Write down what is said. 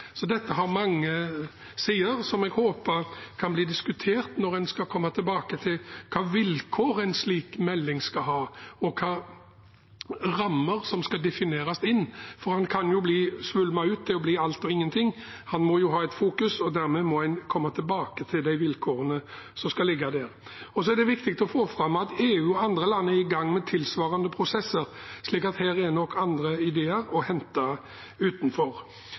Dette har mange sider jeg håper kan bli diskutert når en skal komme tilbake til hvilke vilkår en slik melding skal ha, og hvilke rammer som skal defineres inn. For den kan jo svulme ut til å bli alt – eller ingenting. Den må jo ha et fokus, og dermed må en komme tilbake til vilkårene som skal ligge der. Det er viktig å få fram at EU og andre land er i gang med tilsvarende prosesser, så her er det nok andre ideer å hente utenfor.